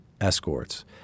escorts